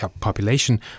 population